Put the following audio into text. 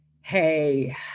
hey